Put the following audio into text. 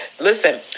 Listen